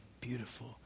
beautiful